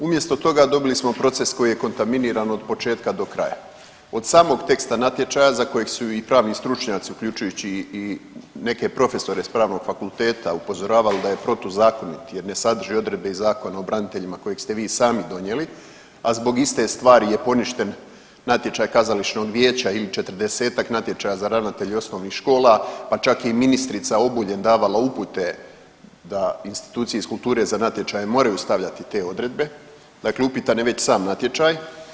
Umjesto toga dobili smo proces koji je kontaminiran od početka do kraja, od samog teksta natječaja za kojeg su i pravni stručnjaci, uključujući i neke profesore s pravnog fakulteta upozoravali da je protuzakonit jer ne sadrži odredbe iz Zakona o braniteljima kojeg ste vi i sami donijeli, a zbog iste stvari je poništen natječaj kazališnog vijeća ili 40-tak natječaja za ravnatelje osnovnih škola, pa čak je i ministrica Obuljen davala upute da institucije iz kulture za natječaje moraju stavljati te odredbe, dakle upitan je već sam natječaj.